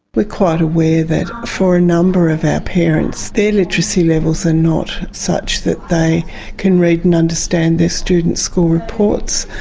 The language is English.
we're quite ah aware that for a number of our parents their literacy levels are not such that they can read and understand their students' school reports,